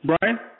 Brian